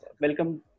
welcome